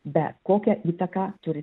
be kokią įtaką turi